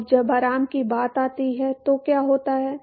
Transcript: अब जब आराम की बात आती है तो क्या होता है